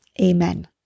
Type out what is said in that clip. Amen